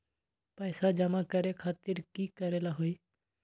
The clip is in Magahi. पैसा जमा करे खातीर की करेला होई?